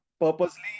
purposely